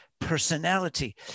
Personality